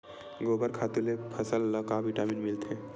गोबर खातु ले फसल ल का विटामिन मिलथे का?